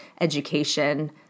education